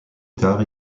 tard